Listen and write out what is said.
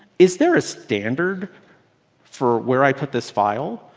is there a standard for where i put this file.